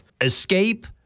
Escape